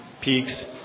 Peaks